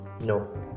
No